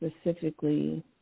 specifically